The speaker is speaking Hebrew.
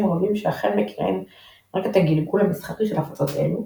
רבים שאכן מכירים רק את הגלגול המסחרי של הפצות אלו,